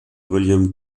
william